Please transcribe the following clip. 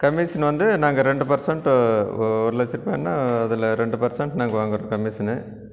commission வந்து நாங்கள் ரெண்டு பர்சன்ட்டு ஒரு லட்ச ரூபானா அதில் ரெண்டு பர்சன்ட் நாங்கள் வாங்கிறோம் கமிஷனு